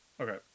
Okay